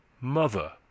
Mother